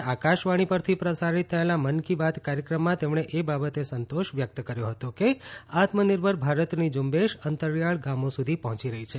આજે આકાશવાણી પરથી પ્રસારિત થયેલા મન કી બાત કાર્યક્રમમાં તેમણે એ બાબતે સંતોષ વ્યક્ત કર્યો હતો કે આત્મનિર્ભર ભારતની ઝુંબેશ અંતરીયાળ ગામો સુધી પહોંચી રહી છે